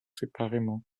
séparément